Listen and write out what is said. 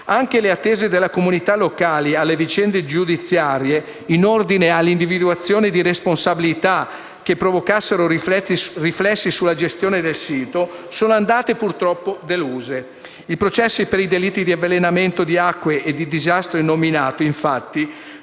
Anche le attese delle comunità locali relative alle vicende giudiziarie in ordine all'individuazione di responsabilità che provocassero riflessi sulla gestione del sito sono andate purtroppo deluse. I processi per i delitti di avvelenamento di acque e di disastro innominato, infatti,